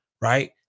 Right